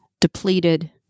depleted